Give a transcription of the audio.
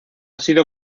sido